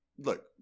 look